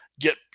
get